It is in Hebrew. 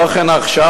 לא כן עכשיו,